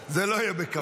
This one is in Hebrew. זה לא יהיה בקרוב.